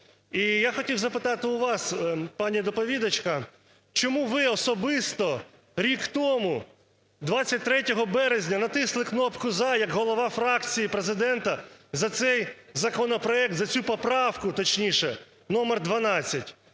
І я хотів запитати у вас, пані доповідачка. Чому ви особисто рік тому 23 березня натисли кнопку "за" як голова фракції Президента за цей законопроект, за цю поправку, точніше, номер 12.